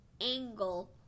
angle